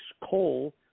coal